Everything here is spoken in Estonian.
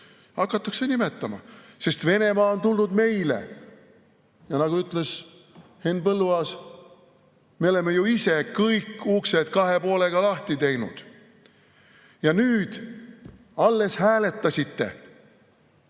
Hakatakse nii nimetama, sest Venemaa on tulnud meile. Nagu ütles Henn Põlluaas, me oleme ju ise kõik uksed kahe poolega lahti teinud. Ja alles äsja te hääletasite